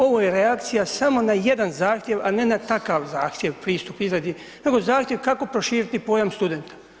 Ovo je reakcija samo na jedan zahtjev, a ne na takav zahtjev pristup izradi, nego zahtjev kako proširiti pojam studenta.